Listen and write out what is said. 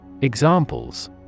Examples